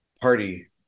party